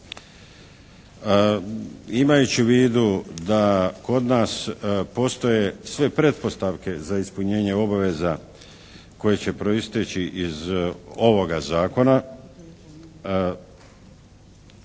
Imajući u vidu da kod nas postoje sve pretpostavke za ispunjenje obveza koje će proisteći iz ovoga zakona,